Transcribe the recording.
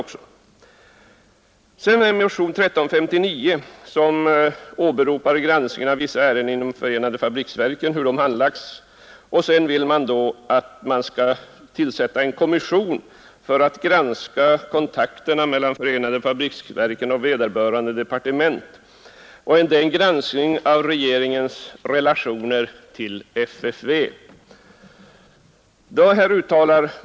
I motionen 584 åberopar man handläggningen av vissa ärenden inom förenade fabriksverken och föreslår att det skall tillsättas en kommission för att granska regeringens relationer till FFV.